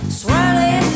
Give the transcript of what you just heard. swirling